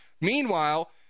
Meanwhile